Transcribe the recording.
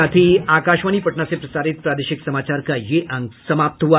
इसके साथ ही आकाशवाणी पटना से प्रसारित प्रादेशिक समाचार का ये अंक समाप्त हुआ